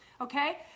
Okay